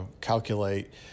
calculate